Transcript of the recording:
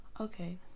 okay